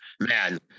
Man